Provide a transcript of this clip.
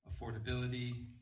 affordability